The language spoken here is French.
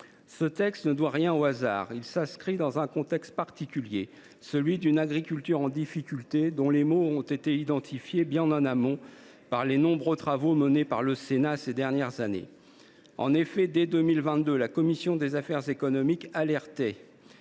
Ce texte ne doit rien au hasard. Il s’inscrit dans un contexte particulier : celui d’une agriculture en difficulté, dont les maux ont été identifiés bien en un amont par les nombreux travaux menés par le Sénat ces dernières années. En effet, dès 2022, la commission des affaires économiques alertait